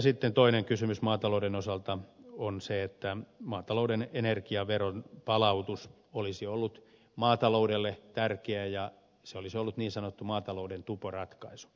sitten toinen kysymys maatalouden osalta on se että maatalouden energiaveron palautus olisi ollut maata loudelle tärkeä ja se olisi ollut niin sanottu maatalouden tuporatkaisu